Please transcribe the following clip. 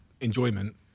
enjoyment